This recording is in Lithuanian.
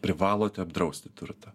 privalote apdrausti turtą